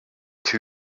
too